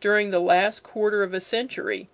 during the last quarter of a century,